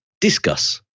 Discuss